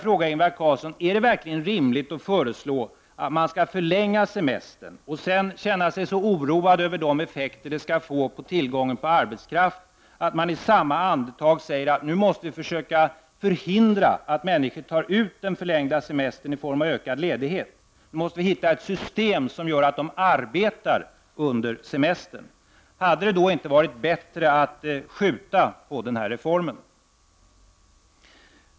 Är det verkligen rimligt att föreslå att man skall förlänga semestern och sedan känna sig oroad över de effekter det skall få på tillgången på arbetskraft, att man i samma andetag säger att man skall försöka förhindra att människor tar ut den förlängda semestern i form av ökad ledighet? Ett system måste tas fram som gör att man arbetar under semestern. Hade det då inte varit bättre att skjuta på denna reform?